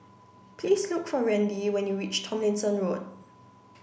please look for Randi when you reach Tomlinson Road